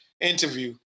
interview